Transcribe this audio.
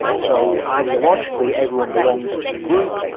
so, ideologically, everyone belongs to the group.